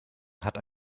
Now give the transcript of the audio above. hat